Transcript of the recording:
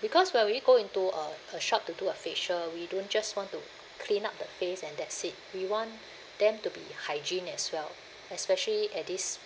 because when we go into a a shop to do a facial we don't just want to clean up the face and that's it we want them to be hygiene as well especially at this